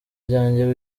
ryanjye